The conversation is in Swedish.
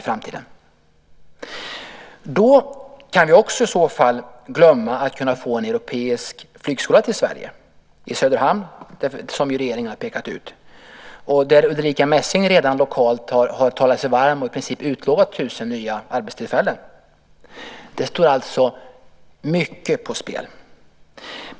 I så fall kan vi också glömma möjligheten att till Sverige och Söderhamn, som regeringen har pekat ut, få en europeisk flygskola förlagd. Ulrica Messing har redan lokalt talat sig varm för det och i princip utlovat 1 000 nya arbetstillfällen. Det står alltså mycket på spel.